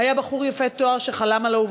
היה בחור יפה תואר שחלם על אהובתו,